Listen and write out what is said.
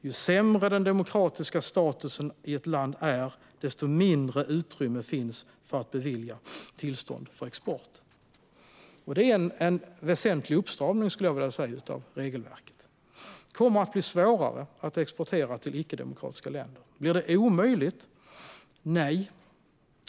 Ju sämre den demokratiska statusen i ett land är, desto mindre utrymme finns för att bevilja tillstånd för export. Det är en väsentlig uppstramning av regelverket, skulle jag vilja säga. Det kommer att bli svårare att exportera till icke-demokratiska länder. Blir det omöjligt? Nej.